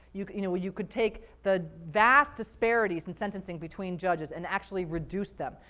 you you know, you could take the vast disparities in sentencing between judges and actually reduce them.